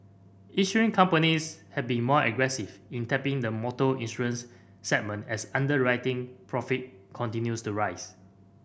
insurance companies have been more aggressive in tapping the motor insurance segment as underwriting profit continues to rise